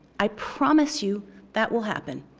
i promise you that will happen.